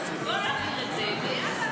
אז בואו נעביר את זה, ויאללה.